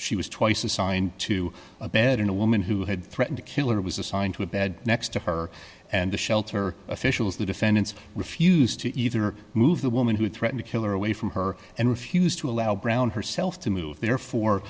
she was twice assigned to a bed in a woman who had threaten to kill or was assigned to a bed next to her and the shelter officials the defendants refused to either move the woman who threaten to kill or away from her and refused to allow brown herself to move there for